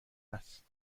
است